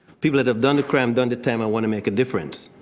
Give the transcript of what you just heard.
people that have done the crime, done the time and want to make a difference.